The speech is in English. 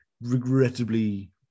regrettably